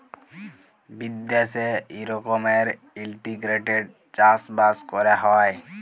বিদ্যাশে ই রকমের ইলটিগ্রেটেড চাষ বাস ক্যরা হ্যয়